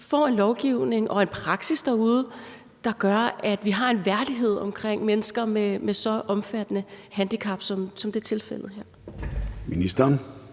får en lovgivning og en praksis derude, der gør, at vi har en værdighed omkring mennesker med så omfattende handicap, som det er tilfældet her?